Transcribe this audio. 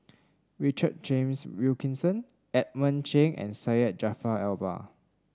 Richard James Wilkinson Edmund Cheng and Syed Jaafar Albar